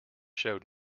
showed